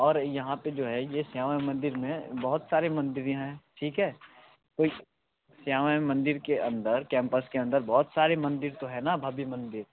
और यहाँ पर जो है ये श्यामा मंदिर में बहुत सारे मंदिर भी हैं ठीक है तो श्यामा माई मंदिर के अंदर कैम्पस के अंदर बहुत सारे मंदिर तो है ना भव्य मंदिर